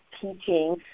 teaching